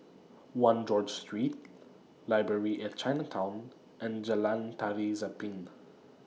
one George Street Library At Chinatown and Jalan Tari Zapin